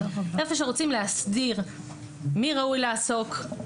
היכן שרוצים להסדיר מי ראוי לעסוק,